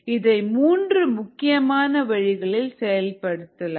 இதை மூன்று முக்கியமான வழிகளில் செய்யலாம்